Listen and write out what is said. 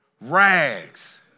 rags